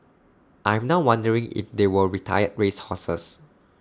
I'm now wondering if they were retired race horses